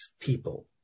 people